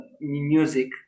music